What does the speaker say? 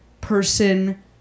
person